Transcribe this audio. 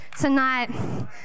tonight